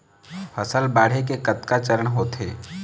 फसल बाढ़े के कतका चरण होथे?